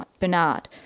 Bernard